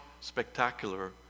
spectacular